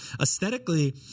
aesthetically